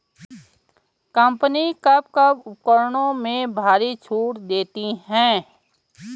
Company कब कब उपकरणों में भारी छूट देती हैं?